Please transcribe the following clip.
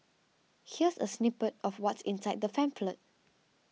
here's a snippet of what's inside the pamphlet